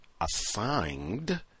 assigned